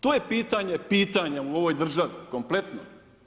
To je pitanje pitanja u ovoj državi kompletnoj.